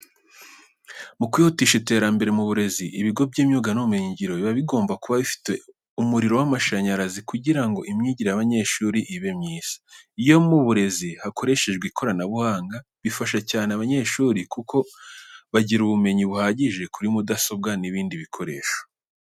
Mu kwihutisha iterambere mu burezi, ibigo b'imyuga n'ubumenyingiro biba bigomba kuba bifite umuriro w'amashanyarazi kugira ngo imyigire y'abanyeshuri ibe myiza. Iyo mu burezi hakoreshejwe ikoranabuhanga, bifasha cyane abanyeshuri kuko bagira ubumenyi buhagije kuri mudasobwa n'ibindi bikoresho.